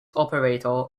operator